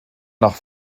nach